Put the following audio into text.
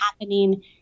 happening